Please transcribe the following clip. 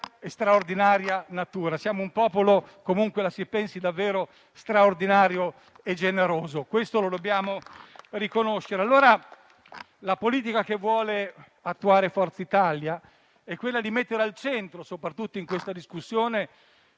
e straordinaria natura. Siamo un popolo, comunque la si pensi, davvero straordinario e generoso; questo lo dobbiamo riconoscere. La politica che vuole attuare Forza Italia è quella di mettere al centro, soprattutto in questa discussione,